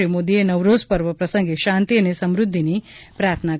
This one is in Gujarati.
શ્રી મોદીએ નવરોઝ પર્વ પ્રસંગે શાંતિ અને સમુદ્ધિની પ્રાર્થના કરી છે